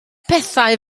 pethau